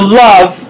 love